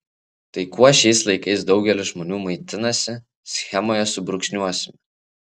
tai kuo šiais laikais daugelis žmonių maitinasi schemoje subrūkšniuosime